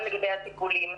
גם לגבי הטיפולים.